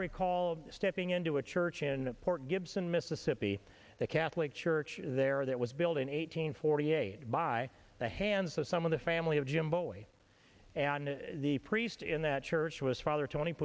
recall stepping into a church in port gibson mississippi the catholic church there that was building eighteen forty eight by the hands of some of the family of jim bowie and the priest in that church was father tony